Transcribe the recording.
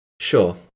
sure